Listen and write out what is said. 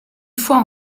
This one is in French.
fois